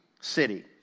city